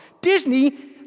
Disney